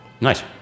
Nice